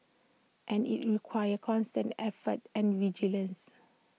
and IT requires constant effort and vigilance